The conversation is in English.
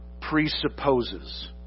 presupposes